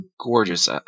gorgeous